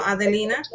Adelina